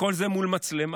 כל זה מול מצלמה.